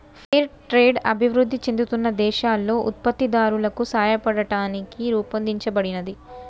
fair trade అభివృద్ధి చెందుతున్న దేశాలలో ఉత్పత్తిదారులకు సాయపడటానికి రూపొందించబడినది